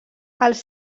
els